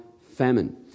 famine